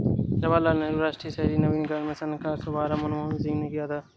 जवाहर लाल नेहरू राष्ट्रीय शहरी नवीकरण मिशन का शुभारम्भ मनमोहन सिंह ने किया था